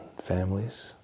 families